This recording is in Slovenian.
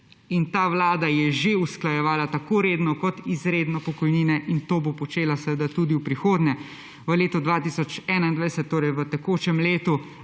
in ta vlada je že usklajevala tako redno kot izredno pokojnine in to bo počela seveda tudi v prihodnje. V letu 2021, torej v tekočem letu,